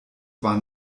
war